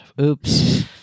Oops